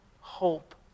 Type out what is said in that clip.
hope